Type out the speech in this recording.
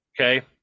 okay